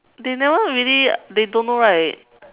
they never really they don't know right